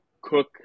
Cook